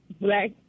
black